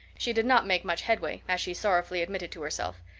she did not make much headway, as she sorrowfully admitted to herself.